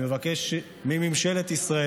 אני מבקש מממשלת ישראל,